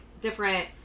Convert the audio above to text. different